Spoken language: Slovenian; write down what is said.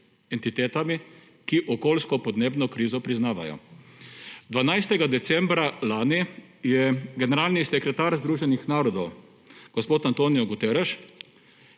ki okoljsko-podnebno krizo priznavajo. 12. decembra lani je generalni sekretar Združenih narodov gospod Antonio Guterres